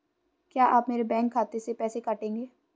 क्या आप मेरे बैंक खाते से पैसे काटेंगे?